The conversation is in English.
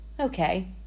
okay